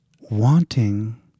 Wanting